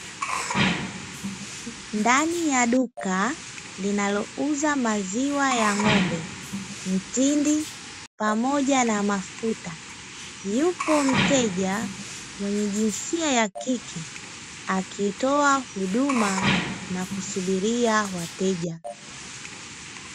Ndani ya duka linalouza maziwa ya ng'ombe, mtindi pamoja na mafuta, yupo mteja mwenye jinsia ya kike akitoa huduma na kusubiria wateja.